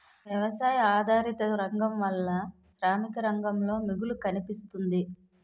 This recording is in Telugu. వ్యవసాయ ఆధారిత రంగం వలన శ్రామిక రంగంలో మిగులు కనిపిస్తుంది